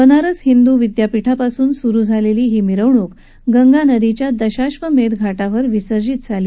बनारस हिंदू विद्यापीठापासून सुरु झालद्वी ही मिखणूक गंगा नदीच्या दशाश्वमधीघाटावर विसर्जित झाली